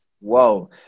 wow